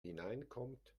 hineinkommt